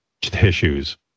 tissues